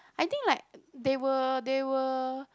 I think like they will they will